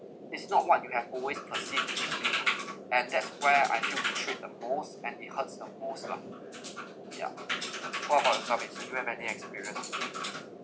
is not what you have always perceived as it should be and that's where that I feel betrayed the most and it hurts the most lah yeah what about yourself do you have any experience